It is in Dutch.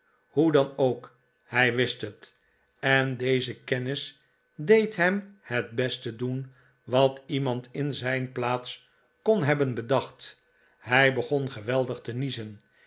hoe dan ook hij wist het en deze kennis deed hem het beste doen wat iemand in zijn plaats kon hebben bedacht hij begon geweldig te niezen